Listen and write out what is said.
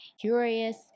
curious